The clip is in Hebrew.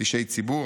אישי ציבור,